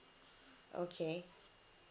okay